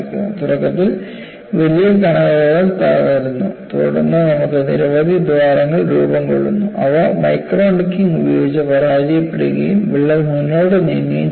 തുടക്കത്തിൽ വലിയ കണികകൾ തകരുന്നു തുടർന്ന് നമുക്ക് നിരവധി ദ്വാരങ്ങൾ രൂപം കൊള്ളുന്നു അവ മൈക്രോ നെക്കിംഗ് ഉപയോഗിച്ച് പരാജയപ്പെടുകയും വിള്ളൽ മുന്നോട്ട് നീങ്ങുകയും ചെയ്യുന്നു